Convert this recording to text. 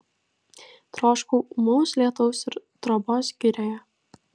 troškau ūmaus lietaus ir trobos girioje